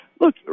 look